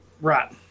Right